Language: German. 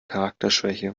charakterschwäche